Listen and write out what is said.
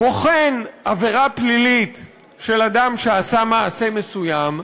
בוחן עבירה פלילית של אדם שעשה מעשה מסוים,